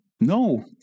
No